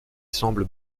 semble